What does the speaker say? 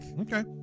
Okay